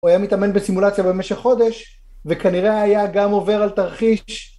הוא היה מתאמן בסימולציה במשך חודש וכנראה היה גם עובר על תרחיש